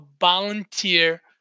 volunteer